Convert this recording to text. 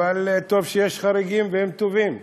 אבל טוב שיש חריגים, והם טובים.